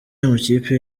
y’amakipe